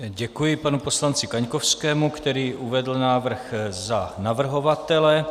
Děkuji panu poslanci Kaňkovskému, který uvedl návrh za navrhovatele.